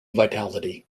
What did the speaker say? vitality